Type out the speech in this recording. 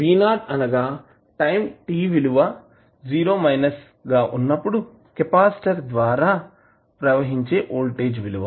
v0 అనగా time t విలువ గా వున్నప్పుడు కెపాసిటర్ ద్వారా ప్రవహించే వోల్టేజ్ విలువ